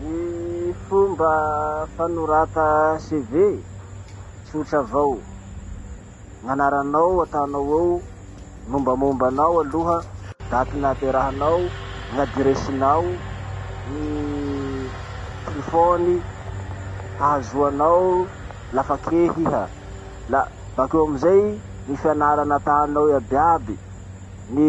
Gny fomba fanorata CV tsotra avao. Gn'anaranao atanao ao, mombamomba anao aloha, daty naterahanao, gn'adiresinao, ny telefony ahazoa anao lafa kehy iha. Bakeo amizay, ny fianara natanao iaby iaby, gny